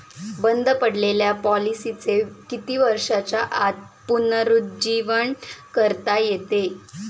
बंद पडलेल्या पॉलिसीचे किती वर्षांच्या आत पुनरुज्जीवन करता येते?